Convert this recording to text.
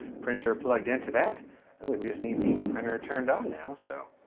printer plugged into that. and only we just need the printer turned on now. so